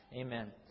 Amen